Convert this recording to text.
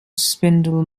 spindle